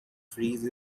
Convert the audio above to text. freeze